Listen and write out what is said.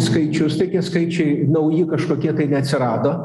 skaičius tai tie skaičiai nauji kažkokie tai neatsirado